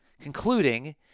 concluding